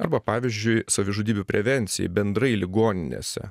arba pavyzdžiui savižudybių prevencijai bendrai ligoninėse